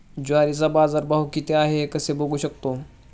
ज्वारीचा बाजारभाव किती आहे कसे बघू शकतो?